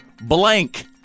blank